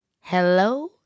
Hello